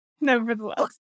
nevertheless